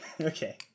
okay